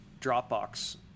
Dropbox